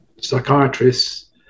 psychiatrists